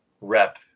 rep